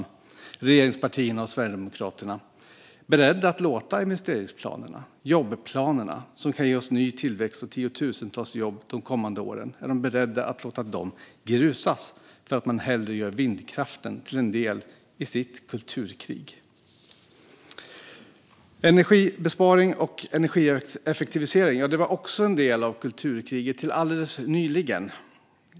Är regeringspartierna och Sverigedemokraterna beredda att låta investeringsplanerna och jobbplanerna, som kan ge oss ny tillväxt och tiotusentals jobb de kommande åren, grusas för att man hellre gör vindkraften till en del i sitt kulturkrig? Energibesparing och energieffektivisering var också en del av kulturkriget till alldeles nyligen.